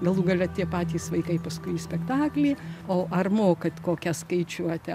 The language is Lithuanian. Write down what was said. galų gale tie patys vaikai paskui į spektaklį o ar mokat kokią skaičiuotę